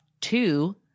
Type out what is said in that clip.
two